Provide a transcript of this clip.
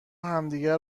همدیگه